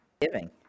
giving